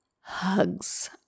Hugs